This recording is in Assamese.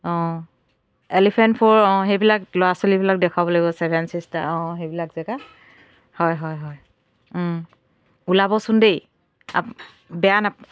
অঁ এলিফেণ্ট ফ' সেইবিলাক ল'ৰা ছোৱালীবিলাক দেখাব লাগিব ছেভেন ছিষ্টাৰ অঁ সেইবিলাক জেগা হয় হয় হয় ওলাবচোন দেই আ বেয়া নাপ